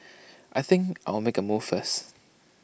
I think I'll make A move first